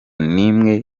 n’imwe